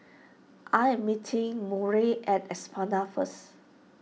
I am meeting Maury at Espada first